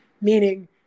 Meaning